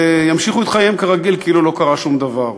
וימשיכו את חייהם כרגיל כאילו לא קרה שום דבר.